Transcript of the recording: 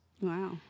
Wow